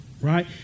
right